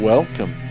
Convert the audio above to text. Welcome